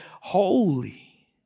holy